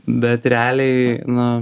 bet realiai na